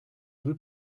due